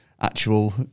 actual